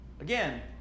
Again